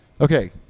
Okay